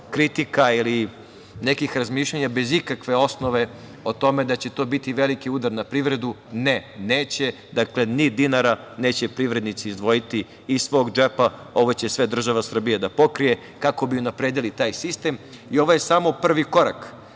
kritika ili nekih razmišljanja bez ikakve osnove, o tome da će to biti veliki udar na privredu, ne, neće. Dakle, ni dinara neće privrednici izdvojiti iz svog džepa, ovo će sve država Srbija da pokrije, kako bi unapredili taj sistem. Ovo je samo prvi korak. Drugi